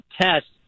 tests